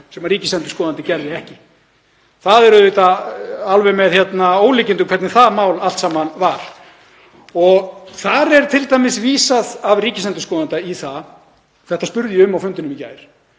sem ríkisendurskoðandi gerði ekki. Það er auðvitað með ólíkindum hvernig það mál allt saman var. Í það er t.d. vísað af ríkisendurskoðanda — þetta spurði ég um á fundinum í gær